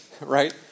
right